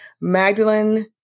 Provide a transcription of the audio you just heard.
Magdalene